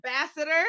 Ambassador